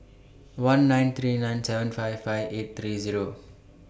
one nine three nine seven five five eight three Zero